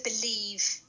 believe